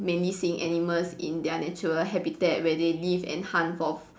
mainly seeing animals in their natural habitat where they live and hunt for